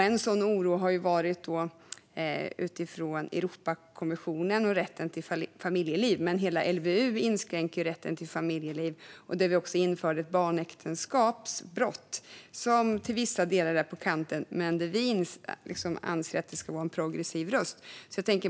En oro handlar om Europakonventionen och rätten till familjeliv, men LVU inskränker ju rätten till familjeliv. Vi har också infört ett barnäktenskapsbrott, vilket i vissa delar balanserar på kanten men där vi anser att vi ska vara en progressiv röst.